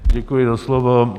Děkuji za slovo.